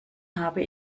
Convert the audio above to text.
habe